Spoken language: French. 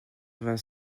vingt